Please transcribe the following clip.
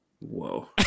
whoa